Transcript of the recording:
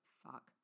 fuck